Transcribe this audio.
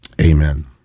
amen